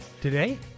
today